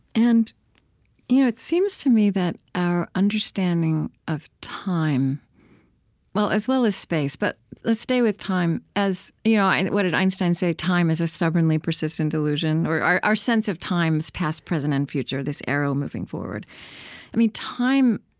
and you know it seems to me that our understanding of time well, as well as space, but let's stay with time as you know and what did einstein say? time is a stubbornly persistent illusion or, our our sense of times, past, present, and future, this arrow moving forward time,